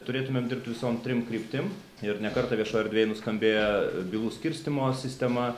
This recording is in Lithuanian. turėtumėme dirbti visom trim kryptim ir ne kartą viešoje erdvėje nuskambėję bylų skirstymo sistema